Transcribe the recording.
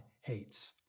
hates